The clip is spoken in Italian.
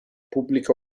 pubblica